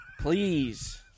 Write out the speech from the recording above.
Please